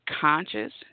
conscious